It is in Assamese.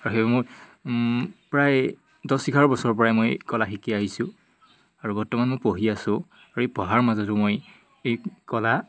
আৰু সেইবাবে মই প্ৰায় দছ এঘাৰ বছৰৰ পৰাই মই কলা শিকি আহিছোঁ আৰু বৰ্তমান মই পঢ়ি আছোঁ আৰু এই পঢ়াৰ মাজতো মই এই কলা